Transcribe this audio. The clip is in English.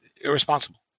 irresponsible